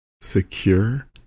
secure